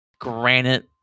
granite